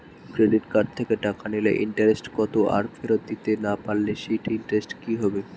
Credit card থেকে টাকা নিলে ইন্টারেস্ট কত আর ফেরত দিতে না পারলে সেই ইন্টারেস্ট কি হবে?